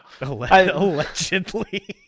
Allegedly